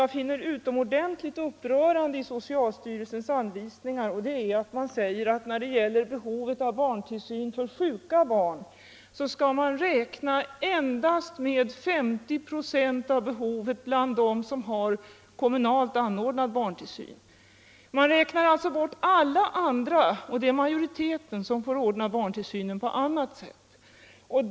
Jag vill också peka på något annat i socialstyrelsens anvisningar som jag finner utomordentligt upprörande. Där sägs att när det gäller behovet av barntillsyn för sjuka barn skall man räkna med endast 50 96 av behovet bland dem som har kommunalt anordnad barntillsyn. Man räknar alltså bort alla dem — och det är majoriteten - som får ordna barntillsynen på annat sätt.